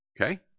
Okay